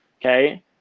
Okay